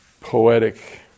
poetic